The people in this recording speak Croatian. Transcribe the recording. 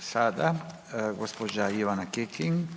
Sada gđa. Ivana Kekin